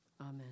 Amen